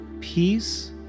peace